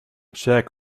check